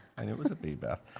and it was a b, beth.